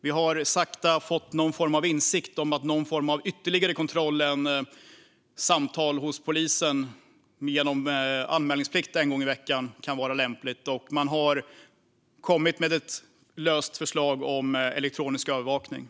Vi har sakteligen fått insikten att någon form av ytterligare kontroll än samtal hos polisen genom anmälningsplikt en gång i veckan kan vara lämplig. Man har kommit med ett löst förslag om elektronisk övervakning.